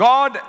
God